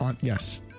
yes